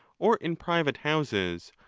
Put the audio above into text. or in private houses,